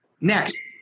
Next